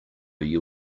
you